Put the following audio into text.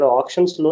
auctions